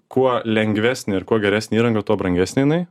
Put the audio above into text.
kuo lengvesnė ir kuo geresnė įranga tuo brangesnė jinai